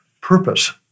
purpose